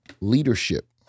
Leadership